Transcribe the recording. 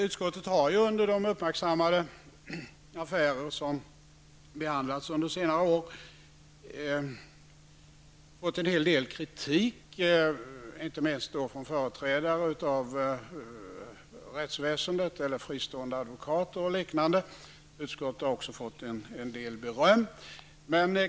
Utskottet har under de uppmärksammade affärer som har behandlats under senare år fått en hel del kritik, inte minst från företrädare för rättsväsendet, fristående advokater m.fl. Utskottet har också fått en del beröm.